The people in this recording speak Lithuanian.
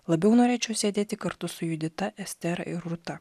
labiau norėčiau sėdėti kartu su judita estera ir rūta